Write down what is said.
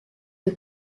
kui